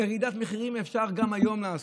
ירידת מחירים אפשר גם היום לעשות.